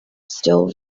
still